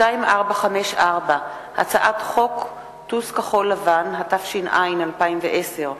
ד' בתמוז התש"ע / 14 16 ביוני 2010